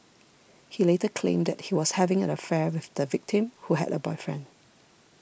he later claimed that he was having an affair with the victim who had a boyfriend